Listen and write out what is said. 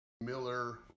Miller